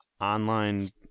online